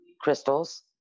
crystals